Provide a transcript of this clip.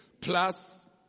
Plus